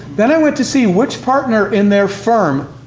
then i went to see which partner in their firm